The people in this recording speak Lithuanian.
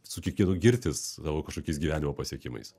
su kiekvienu girtis savo kažkokiais gyvenimo pasiekimais